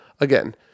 again